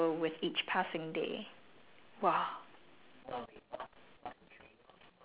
okay what dream of yours err dies a little with each passing day